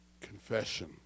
Confession